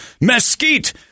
mesquite